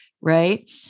right